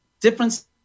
difference